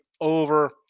over